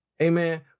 Amen